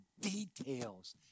details